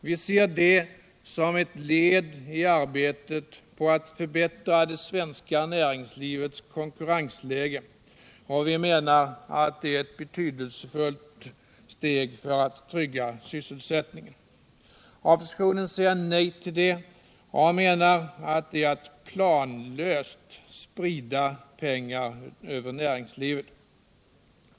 Vi ser det som ett led i arbetet på att förbättra det svenska näringslivets konkurrensläge, och vi menar att det är ett betydelsefullt steg för att trygga sysselsättningen. Oppositionen säger nej till detta och menar att det är att ”planlöst” sprida pengar över näringslivet.